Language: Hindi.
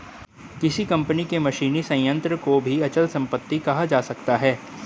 किसी कंपनी के मशीनी संयंत्र को भी अचल संपत्ति कहा जा सकता है